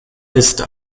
ist